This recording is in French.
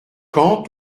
quand